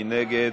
מי נגד?